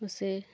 उसे